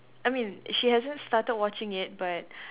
I mean she hasn't started watching it but